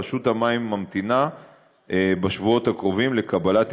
רשות המים ממתינה בשבועות הקרובים לקבלת